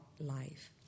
life